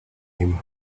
him